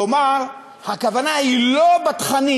כלומר, הכוונה היא לא בתכנים